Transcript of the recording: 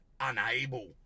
unable